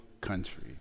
country